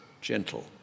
gentle